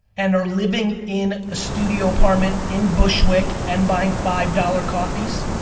and are living in a studio apartment in bushwick and buying five dollars coffees?